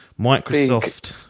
Microsoft